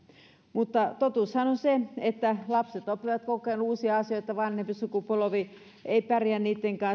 mutta totuushan on se että lapset oppivat koko ajan uusia asioita vanhempi sukupolvi ei pärjää niitten kanssa